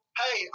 hey